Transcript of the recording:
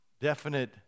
definite